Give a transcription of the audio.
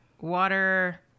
water